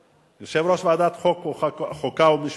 ויושב-ראש ועדת חוקה, חוק ומשפט,